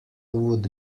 would